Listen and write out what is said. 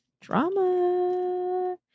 Drama